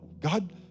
God